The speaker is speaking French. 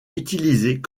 utilisées